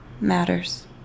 matters